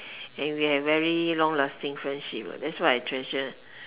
and we have very long lasting friendship that's why I treasure